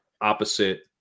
opposite